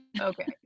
Okay